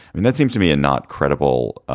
and that seems to me and not credible.